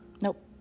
nope